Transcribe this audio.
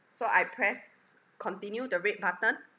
so I press continue the red button